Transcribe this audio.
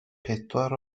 pedwar